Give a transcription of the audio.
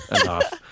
enough